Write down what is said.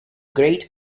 great